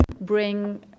bring